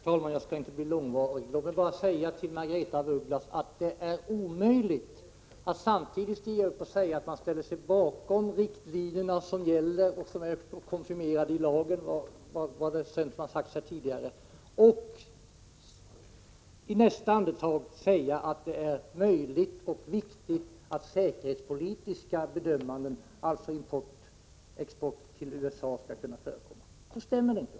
Herr talman! Låt mig påpeka för Margaretha af Ugglas att det är omöjligt att först säga att man ställer sig bakom de riktlinjer som gäller och som är konfirmerade i lagen ochi nästa andetag säga att det är möjligt och viktigt att göra säkerhetspolitiska bedömningar, dvs. att import från och export till USA skall kunna förekomma. Det stämmer inte.